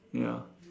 ya